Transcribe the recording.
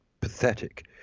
pathetic